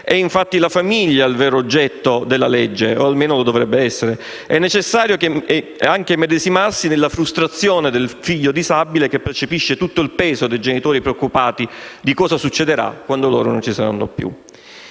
è infatti la famiglia il vero oggetto della legge, o almeno lo dovrebbe essere. È anche necessario immedesimarsi nella frustrazione del figlio disabile che percepisce tutto il peso dei genitori preoccupati di cosa succederà quando loro non ci saranno più.